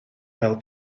fel